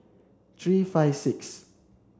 three five six